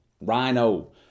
rhino